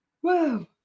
Whoa